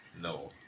No